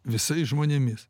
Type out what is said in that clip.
visais žmonėmis